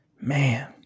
man